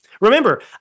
Remember